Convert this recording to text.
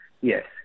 yes